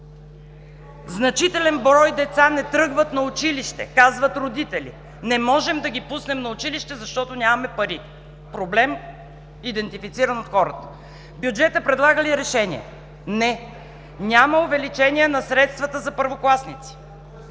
Значителен брой деца не тръгват на училище. Родители казват: „Не можем да ги пуснем на училище, защото нямаме пари.“ проблем, идентифициран от хората. Бюджетът предлага ли решение? Не! Няма увеличение на средствата за първокласници!